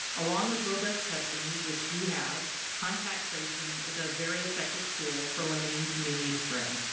along with robust testing, which we have, contact tracing is a very effective tool for limiting community spread.